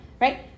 Right